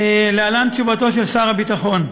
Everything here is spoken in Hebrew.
להלן תשובתו של שר הביטחון: